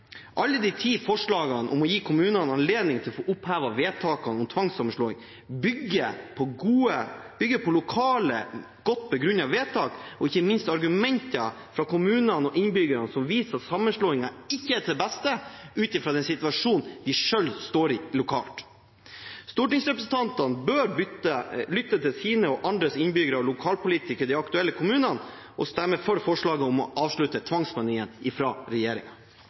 Alle de ti forslagene om å gi kommunene anledning til å få opphevet vedtakene om tvangssammenslåing bygger på lokale, godt begrunnede vedtak og ikke minst argumenter fra kommunene og innbyggerne som viser at sammenslåinger ikke er til det beste ut fra den situasjonen de selv står i lokalt. Stortingsrepresentantene bør lytte til sine og andres innbyggere og til lokalpolitikere i de aktuelle kommunene og stemme for forslaget om å avslutte